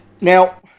Now